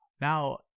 now